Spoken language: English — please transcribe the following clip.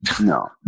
No